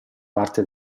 parte